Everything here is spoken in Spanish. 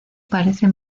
parece